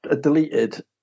deleted